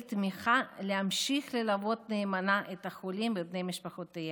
תמיכה ולהמשיך ללוות נאמנה את החולים ובני משפחותיהם.